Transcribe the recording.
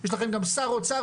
יש לכם גם שר אוצר,